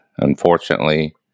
unfortunately